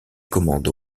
commandes